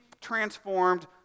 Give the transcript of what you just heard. transformed